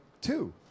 two